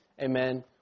amen